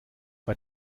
bei